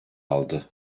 aldı